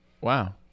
Wow